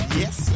yes